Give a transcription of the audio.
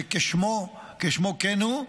כשמו כן הוא,